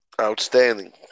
Outstanding